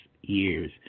years